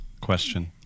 question